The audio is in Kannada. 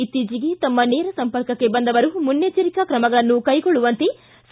ಇತ್ತೀಚೆಗೆ ತಮ್ಮ ನೇರ ಸಂಪರ್ಕಕ್ಕೆ ಬಂದವರು ಮುನ್ನೆಚ್ಚರಿಕಾ ಕ್ರಮಗಳನ್ನು ಕೈಗೊಳ್ಳುವಂತೆ ಸಿ